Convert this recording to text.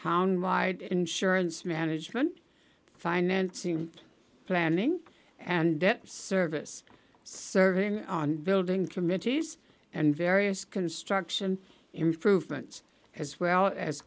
town wide insurance management financing planning and debt service serving on building committees and various construction improvements as well as